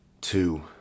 two